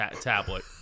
tablet